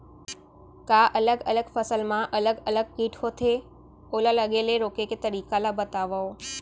का अलग अलग फसल मा अलग अलग किट होथे, ओला लगे ले रोके के तरीका ला बतावव?